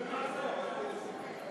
למה צריך עוד פעם?